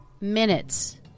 minutes